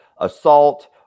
assault